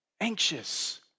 anxious